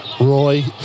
Roy